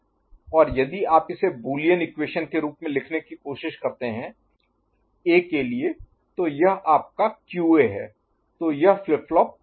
और यदि आप इसे बूलियन इक्वेशन के रूप में लिखने की कोशिश करते हैं A के लिए तो यह आपका क्यूए है तो यह फ्लिप फ्लॉप ए है